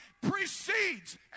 precedes